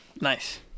Nice